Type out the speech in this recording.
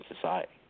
society